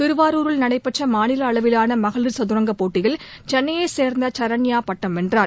திருவாரூரில் நடைபெற்ற மாநில அளவிலான மகளிர் சதுரங்க போட்டியில் சென்னையைச் சேர்ந்த சரண்யா பட்டம் வென்றார்